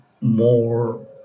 more